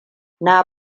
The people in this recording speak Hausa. na